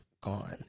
Gone